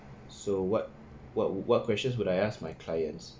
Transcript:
so what what questions would I ask my clients